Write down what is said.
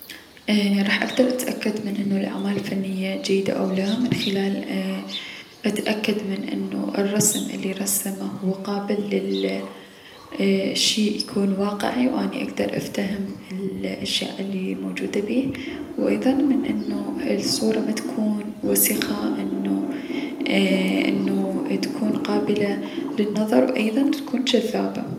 ايي- راح اكدر اتأكد انو الأعمالالفنية جيدة او لا من خلال ايي- اتأكد انو الرسم الي لرسمه هو قابل للشي يكون واقعي و و اني اكدر افتهم الأشياء الموجودة بيه و ايضا من انو الصورة متكون وسخة من انو تكون قابلة للنظر و ايضا تكون جذابة.